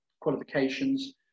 qualifications